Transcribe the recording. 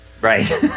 Right